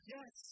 Yes